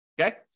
Okay